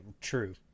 true